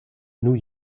new